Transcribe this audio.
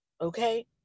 okay